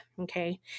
Okay